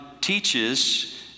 teaches